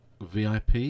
VIP